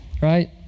right